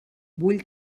vull